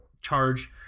charge